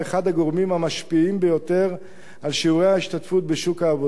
הגורמים המשפיעים ביותר על שיעורי ההשתתפות בשוק העבודה.